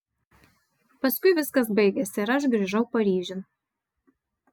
paskui viskas baigėsi ir aš grįžau paryžiun